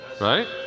Right